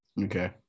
Okay